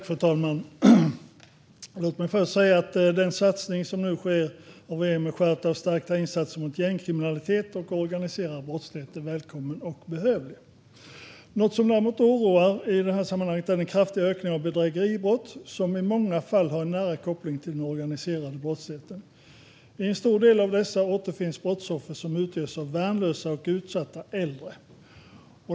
Fru talman! Låt mig först säga att den satsning som nu sker från regeringen med skärpta straff och insatser mot gängkriminalitet och organiserad brottslighet är välkommen och behövlig. Något som däremot oroar i det här sammanhanget är den kraftiga ökningen av bedrägeribrott, som i många fall har en nära koppling till den organiserade brottsligheten. I en stor del av dessa återfinns brottsoffer som utgörs av värnlösa och utsatta äldre.